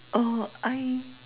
orh I